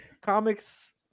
comics